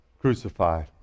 crucified